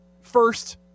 first